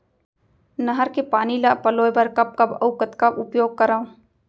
नहर के पानी ल पलोय बर कब कब अऊ कतका उपयोग करंव?